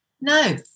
No